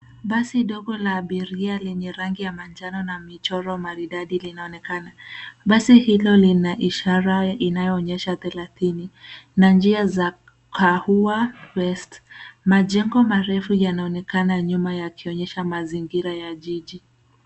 Basi ndogo la abiria lenye rangi ya manjano na michoro maridadi linaonekana. Basi hilo lina ishara inayoonyesha thelathini na njia za kahuwa west. Majengo marefu yanaonekana nyuma yakionyesha mazingira ya jiji.